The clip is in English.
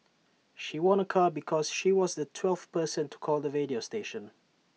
she won A car because she was the twelfth person to call the radio station